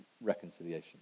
reconciliation